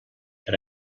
per